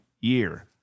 year